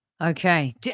Okay